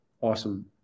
Awesome